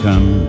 Come